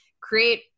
create